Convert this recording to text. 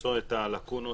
למצוא את הלאקונות